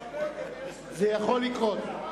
זה יכול לקרות.